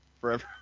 forever